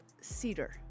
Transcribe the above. Cedar